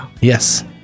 yes